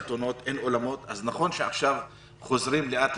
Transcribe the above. אז נכון שעכשיו חוזרים לאט,